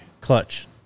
Clutch